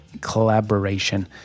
collaboration